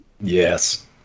Yes